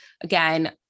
again